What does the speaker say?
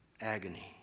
agony